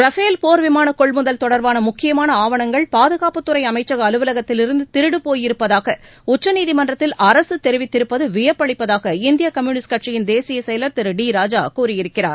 Rafale போர் விமான கொள்முதல் தொடர்பான முக்கியமான ஆவணங்கள் பாதுகாப்புத் துறை அமைச்சக அலுவலகத்திலிருந்து திருடுப் போயிருப்பதாக உச்சநீதிமன்றத்தில் அரசு தெரிவித்திருப்பது வியப்பளிக்கதாக இந்திய கம்யூனிஸ்ட் கட்சியின் தேசிய செயல் திரு டி ராஜா கூறியிருக்கிறார்